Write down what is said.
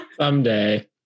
Someday